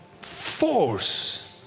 force